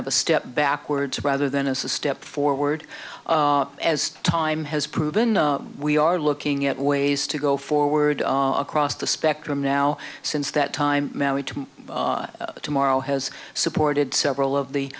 of a step backwards rather than a step forward as time has proven we are looking at ways to go forward across the spectrum now since that time tomorrow has supported several of the